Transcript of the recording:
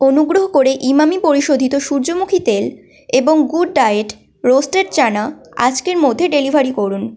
অনুগ্রহ করে ইমামি পরিশোধিত সূর্যমুখী তেল এবং গুড ডায়েট রোস্টেড চানা আজকের মধ্যে ডেলিভারি করুন